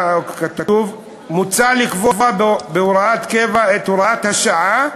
כתוב: "מוצע לקבוע בהוראת קבע את הוראת השעה,